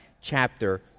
chapter